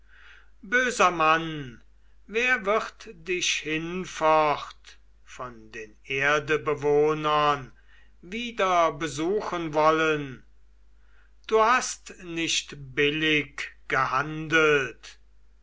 böser mann wer wird dich hinfort von den erdebewohnern wieder besuchen wollen du hast nicht billig gehandelt